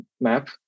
map